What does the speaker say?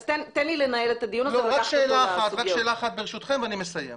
ברשותכם, רק שאלה אחת ואני מסיים.